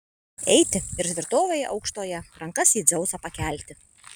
eiti ir tvirtovėje aukštoje rankas į dzeusą pakelti